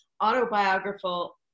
autobiographical